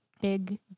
big